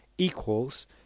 equals